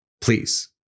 Please